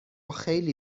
خیلی